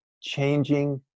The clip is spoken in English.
changing